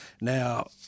now